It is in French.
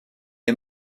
est